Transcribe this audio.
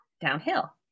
downhill